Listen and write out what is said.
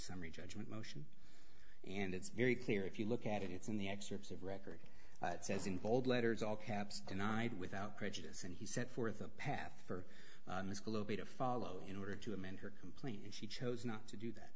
summary judgment motion and it's very clear if you look at it it's in the excerpts of record it says in bold letters all caps denied without prejudice and he set forth a path for me to follow in order to amend her complaint and she chose not to do that